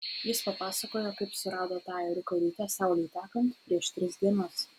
jis papasakojo kaip surado tą ėriuką ryte saulei tekant prieš tris dienas